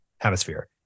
hemisphere